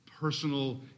personal